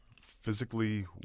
physically